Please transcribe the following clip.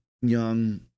young